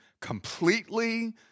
completely